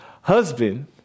husband